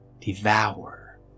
devour